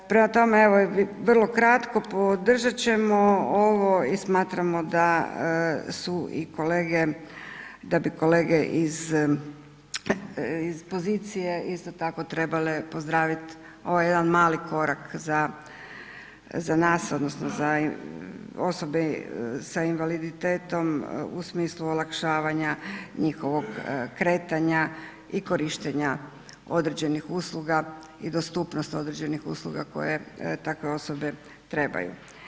Prema tome, evo vrlo kratko podržat ćemo ovo i smatramo da su i kolege da bi kolege iz pozicije isto tako trebale pozdraviti ovaj jedan mali korak za nas odnosno za osobe sa invaliditetom u smislu olakšavanja njihovog kretanja i korištenja određenih usluga i dostupnost određenih usluga koje takve osobe trebaju.